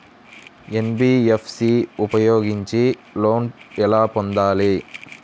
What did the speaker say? NBFC ఉపయోగించి loan ఎలా పొందాలి?